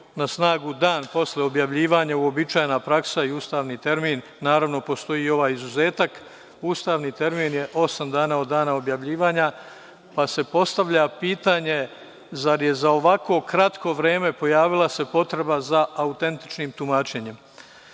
na snagu dan nakon objavljivanja, uobičajena praksa i ustaljeni termin. Naravno postoji ovaj izuzetak, ustavni termin je osam dana od dana objavljivanja, pa se postavlja pitanje – zar se ovako kratko vreme pojavila potreba za autentičnim tumačenjem?U